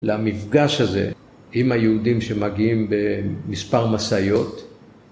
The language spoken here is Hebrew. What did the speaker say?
למפגש הזה עם היהודים שמגיעים במספר משאיות.